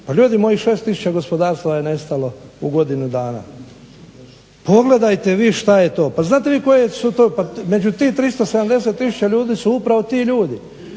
Pa ljudi moji, 6000 gospodarstava je nestalo u godinu dana. Pogledajte vi šta je to. Pa znate vi koje su to, među tih 370000 ljudi su upravo ti ljudi.